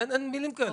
אין מילים כאלה.